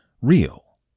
real